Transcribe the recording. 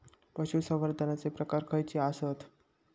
पशुसंवर्धनाचे प्रकार खयचे आसत?